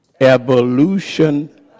Evolution